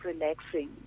relaxing